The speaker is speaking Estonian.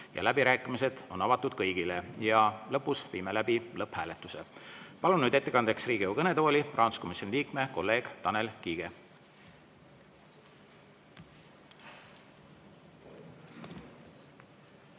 Läbirääkimised on avatud kõigile. Lõpus viime läbi lõpphääletuse. Palun nüüd ettekandeks Riigikogu kõnetooli rahanduskomisjoni liikme kolleeg Tanel Kiige.